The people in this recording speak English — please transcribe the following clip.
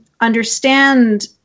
understand